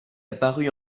apparue